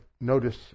notice